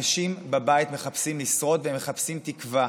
אנשים בבית מחפשים לשרוד והם מחפשים תקווה.